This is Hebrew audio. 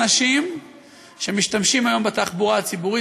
אנשים שמשתמשים היום בתחבורה הציבורית,